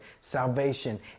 salvation